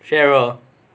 cheryl